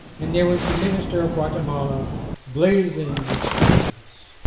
and there was the minister of guatemala blazing with stars!